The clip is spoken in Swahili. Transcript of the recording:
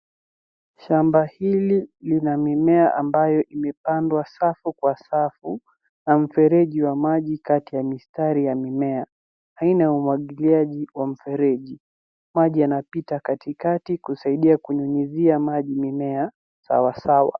Shamba hili lina mimea ambayo imepandwa safu kwa safu na mfereji wa maji Kati ya mistari ya mimea. haina mwagiliaji wa mfereji maji yanapita katikati kusaidia kunyunyizia maji mimea sawasawa.